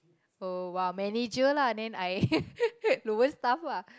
oh !wow! manager lah then I lower staff lah